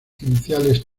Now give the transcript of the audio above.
iniciales